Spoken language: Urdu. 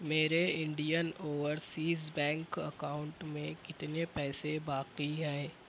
میرے انڈین اوورسیز بینک اکاؤنٹ میں کتنے پیسے باقی ہیں